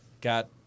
got